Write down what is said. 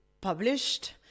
published